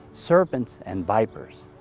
serpents and vipers.